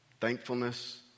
thankfulness